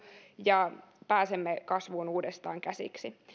ja pääsemme kasvuun uudestaan käsiksi